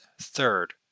third